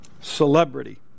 celebrity